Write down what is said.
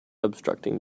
obstructing